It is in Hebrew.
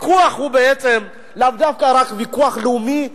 הוויכוח הוא בעצם לאו דווקא רק ויכוח לאומי,